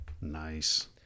Nice